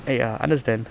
eh ya understand